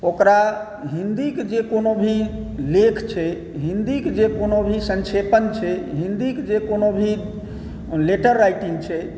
ओकरा हिंदीके जे कोनो भी लेख छै हिंदीके जे कोनो भी संक्षेपण छै हिंदीके जे कोनो भी लेटर राइटिंग छै